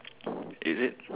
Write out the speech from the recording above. is it